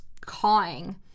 cawing